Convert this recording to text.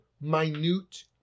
minute